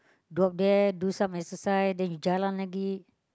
drop there do some exercise then you jalan lagi